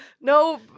no